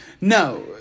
No